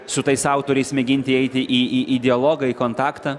su tais autoriais mėginti eiti į į į dialogą į kontaktą